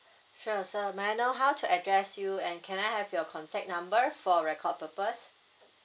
sure sir may I know how to address you and can I have your contact number for record purpose